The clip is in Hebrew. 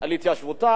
על התיישבות,